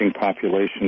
population